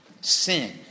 sin